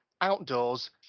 outdoors